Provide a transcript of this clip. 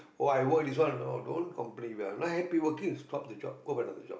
oh I were this one and all don't complain you know stop the job go to another job